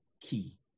key